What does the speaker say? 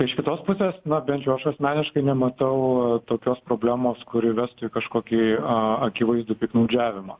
iš kitos pusės na bent jau aš asmeniškai nematau tokios problemos kuri vestų į kažkokį akivaizdų piktnaudžiavimą